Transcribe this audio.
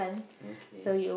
okay